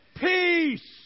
peace